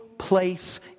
place